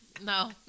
No